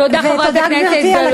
תודה, חברת הכנסת גלאון.